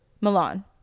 Milan